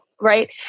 right